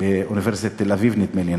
באוניברסיטת תל-אביב, נדמה לי.